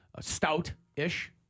stout-ish